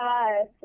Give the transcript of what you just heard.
Yes